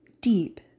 deep